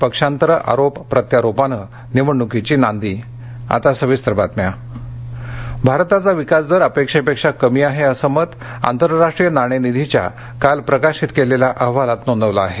पक्षांतरं आरोप प्रत्यारोपानं निवडणुकीची नांदी नाणेनिधी भारताचा विकासदर अपेक्षेपेक्षा कमी आहे असं मत आंतरराष्ट्रीय नाणेनिधीच्या काल जाहीर झालेल्या अहवालात नोंदवलं आहे